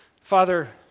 Father